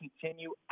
continue